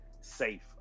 safe